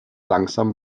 langsam